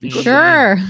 sure